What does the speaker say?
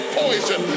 poison